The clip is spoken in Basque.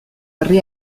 herri